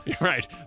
right